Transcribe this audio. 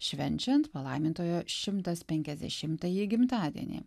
švenčiant palaimintojo šimta penkiasdešimtąjį gimtadienį